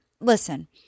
Listen